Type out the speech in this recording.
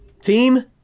Team